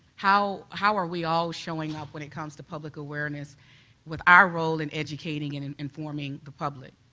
how how are we all showing up when it comes to public awareness with our role in educating and and informing the public?